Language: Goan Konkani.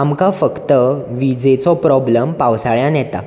आमकां फक्त विजेचो प्रोबलम पावसाळ्यान येता